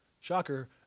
shocker